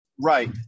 Right